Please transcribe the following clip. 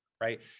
Right